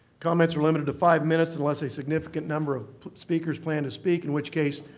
comments are limited to five minutes unless a significant number of speakers plan to speak, in which case,